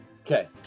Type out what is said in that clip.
Okay